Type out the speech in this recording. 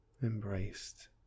embraced